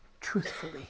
truthfully